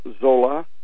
Zola